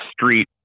street